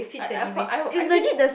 I I fought I would I think